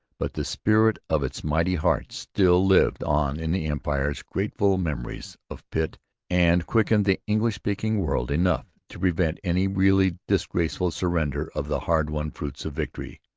but the spirit of its mighty heart still lived on in the empire's grateful memories of pitt and quickened the english-speaking world enough to prevent any really disgraceful surrender of the hard-won fruits of victory.